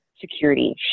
security